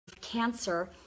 cancer